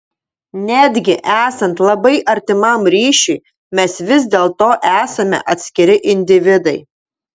netgi esant labai artimam ryšiui mes vis dėlto esame atskiri individai